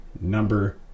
number